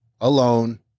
alone